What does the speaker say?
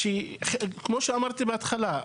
שכמו שאמרתי בהתחלה,